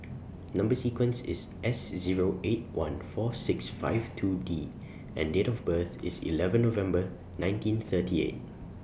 Number sequence IS S Zero eight one four six five two D and Date of birth IS eleven November nineteen thirty eight